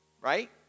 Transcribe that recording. right